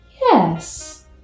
Yes